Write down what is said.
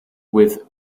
with